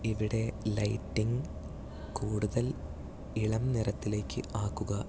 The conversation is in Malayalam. ഇവിടെ ലൈറ്റിംഗ് കൂടുതൽ ഇളംനിറത്തിലേക്ക് ആക്കുക